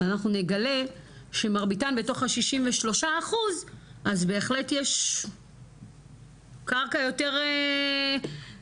אנחנו נגלה שמרביתן בתוך ה- 63 אחוז אז בהחלט יש קרקע יותר מוכיחה,